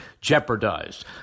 jeopardized